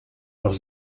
noch